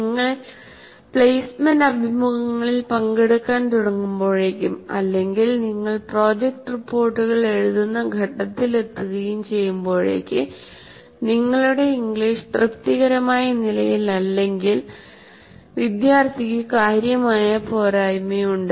നിങ്ങൾ പ്ലെയ്സ്മെന്റ് അഭിമുഖങ്ങളിൽ പങ്കെടുക്കാൻ തുടങ്ങുമ്പോഴേക്കും അല്ലെങ്കിൽ നിങ്ങൾ പ്രോജക്റ്റ് റിപ്പോർട്ടുകൾ എഴുതുന്ന ഘട്ടത്തിലെത്തുകയും ചെയ്യുമ്പോഴേക്ക് നിങ്ങളുടെ ഇംഗ്ലീഷ് തൃപ്തികരമായ നിലയിലല്ലെങ്കിൽ വിദ്യാർത്ഥിക്ക് കാര്യമായ പോരായ്മയുണ്ട്